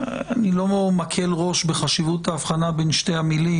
לא מקל ראש בחשיבות ההבחנה בין שתי המילים.